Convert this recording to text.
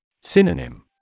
Synonym